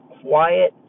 quiet